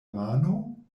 mano